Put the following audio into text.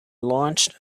launched